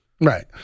Right